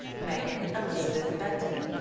megan elizabeth benton.